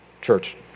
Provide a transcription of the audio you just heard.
church